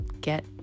get